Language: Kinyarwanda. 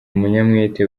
umunyamwete